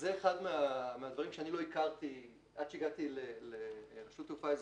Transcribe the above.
זה אחד מהדברים שאני לא הכרתי עד שהגעתי לרשות התעופה האזרחית.